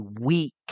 weak